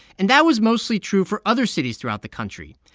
and that was mostly true for other cities throughout the country.